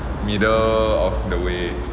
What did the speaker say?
middle of the way